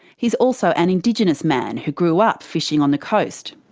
he's also an indigenous man who grew up fishing on the coast.